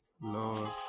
Lord